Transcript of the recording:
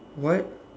what